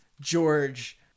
George